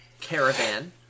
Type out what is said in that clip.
Caravan